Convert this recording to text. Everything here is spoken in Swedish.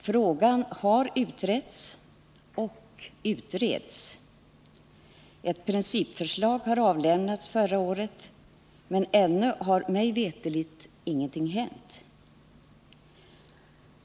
Frågan har utretts och utreds. Ett principförslag avlämnades förra året, men ännu har mig veterligt ingenting hänt.